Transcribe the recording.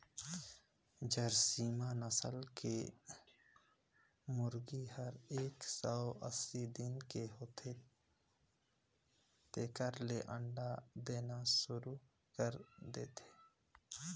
झारसिम नसल के मुरगी हर एक सौ अस्सी दिन के होथे तेकर ले अंडा देना सुरु कईर देथे